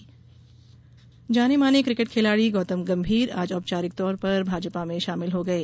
cricketer Gambhir जाने माने पूर्व क्रिकेट खिलाड़ी गौतम गंभीर आज औपचारिक तौर पर भाजपा में शामिल हो गये